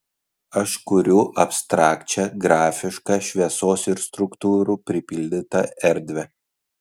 aš kuriu abstrakčią grafišką šviesos ir struktūrų pripildytą erdvę